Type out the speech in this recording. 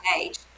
age